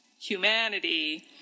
humanity